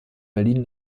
berlin